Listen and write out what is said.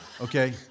Okay